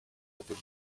опыт